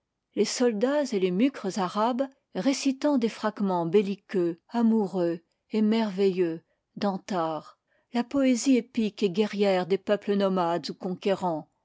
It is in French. les soldats et les mukres arabes récitant des fragmens belliqueux amoureux et merveilleux d'antar la poésie épique et guerrière des peuples nomades ou conquérans